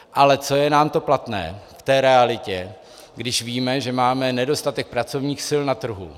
Ale co je nám to platné v té realitě, když víme, že máme nedostatek pracovních sil na trhu?